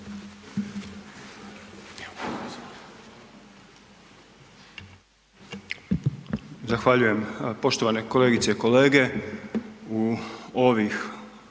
Zahvaljujem poštovane kolegice i kolege. U ovih